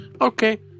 okay